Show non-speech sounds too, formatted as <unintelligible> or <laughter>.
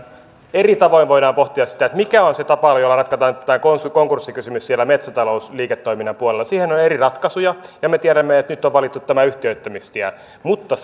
eri tavoin voidaan pohtia sitä mikä on se tapa jolla ratkotaan tätä konkurssikysymystä siellä metsätalousliiketoiminnan puolella siihen on eri ratkaisuja ja me tiedämme että nyt on valittu tämä yhtiöittämistie mutta <unintelligible>